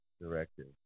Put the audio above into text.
directive